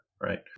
right